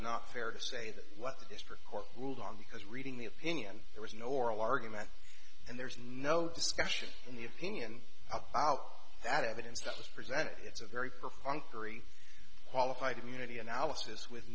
not fair to say that what the district court ruled on because reading the opinion there was no oral argument and there's no discussion in the opinion about that evidence that was presented it's a very perfunctory qualified immunity analysis with